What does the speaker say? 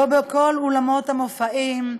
לא בכל אולמות המופעים,